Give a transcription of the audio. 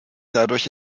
dadurch